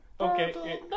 okay